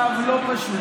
המצב לא פשוט.